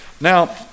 Now